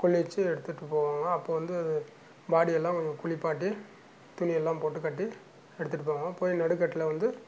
கொல்லி வெச்சு எடுத்துகிட்டு போவாங்க அப்போ வந்து அது பாடியை எல்லாம் கொஞ்சம் குளிப்பாட்டி துணி எல்லாம் போட்டு கட்டி எடுத்துகிட்டு போவாங்க போய் நடுக்கட்டில் வந்து